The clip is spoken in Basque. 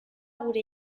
gure